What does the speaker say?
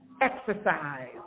exercise